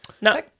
No